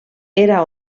era